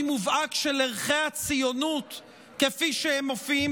מובהק של ערכי הציונות כפי שהם מופיעים